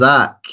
Zach